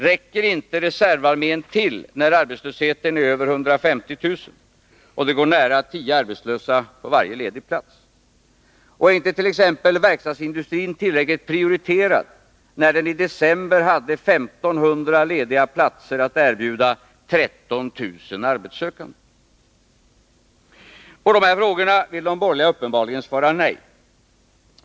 Räcker inte reservarmén till när arbetslösheten är över 150 000 och det går nära tio arbetslösa på varje ledig plats? Och är inte t.ex. verkstadsindustrin tillräckligt prioriterad, när den i december hade 1 500 lediga platser att erbjuda 13 000 arbetssökande? 5 På dessa frågor vill de borgerliga uppenbarligen svara nej.